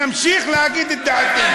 נמשיך להגיד את דעתנו.